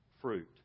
fruit